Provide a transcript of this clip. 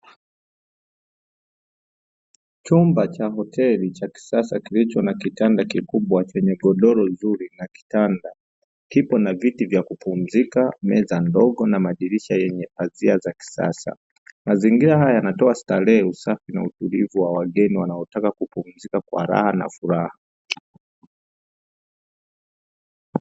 Chumba cha hoteli cha kisasa, kilicho na kitanda kikubwa na chenye godoro zuri na kitanda kipo na kiti cha kupumzika na meza ndogo na madirisha yenye pazia za kisasa. Mazingira haya yanatoa starehe, usafi na utulivu wa wageni wanaotaka kupumzika kwa raha na furaha.